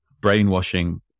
brainwashing